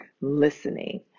listening